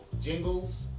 jingles